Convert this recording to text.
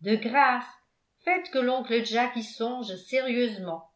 de grâce faites que l'oncle jack y songe sérieusement